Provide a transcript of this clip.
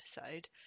episode